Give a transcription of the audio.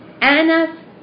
Anna